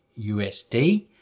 usd